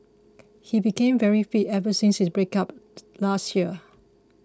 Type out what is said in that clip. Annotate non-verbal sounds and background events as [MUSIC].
he became very fit ever since his breakup [NOISE] last year